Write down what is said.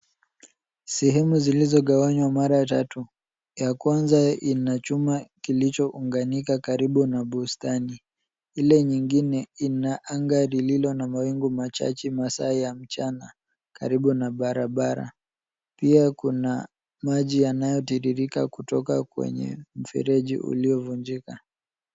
Sehemu zilizogawanywa mara tatu . Ya kwanza ina chuma kilichounganyika karibu na bustani . Ile nyingine ina anga lililo na mawingu machache masaa ya mchana karibu na barabara. Pia kuna maji yanayotiririka kutoka kwenye mfereji uliovunjika.